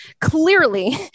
clearly